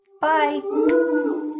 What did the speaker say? Bye